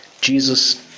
Jesus